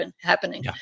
happening